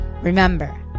Remember